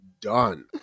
done